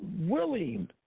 willing